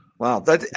Wow